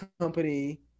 company